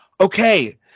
okay